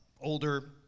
older